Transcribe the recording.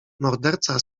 morderca